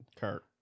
Kurt